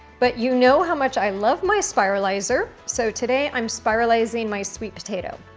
but you know how much i love my spiralizer. so today i'm spiralizing my sweet potato.